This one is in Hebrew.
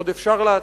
עוד אפשר להציל"